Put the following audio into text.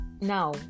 now